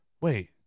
wait